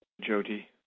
Jody